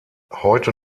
heute